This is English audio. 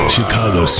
Chicago